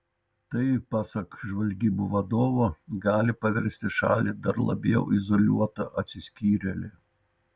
tai pasak žvalgybų vadovo gali paversti šalį dar labiau izoliuota atsiskyrėle